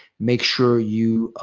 make sure you